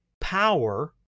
power